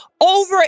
over